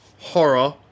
Horror